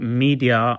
media